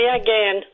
again